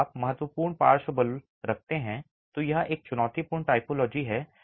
जब आप महत्वपूर्ण पार्श्व बल रखते हैं तो यह एक चुनौतीपूर्ण टाइपोलॉजी है